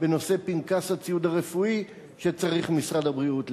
בנושא פנקס הציוד הרפואי שצריך משרד הבריאות לתקן,